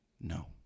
no